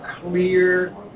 clear